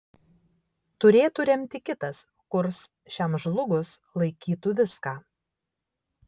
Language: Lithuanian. turėtų remti kitas kurs šiam žlugus laikytų viską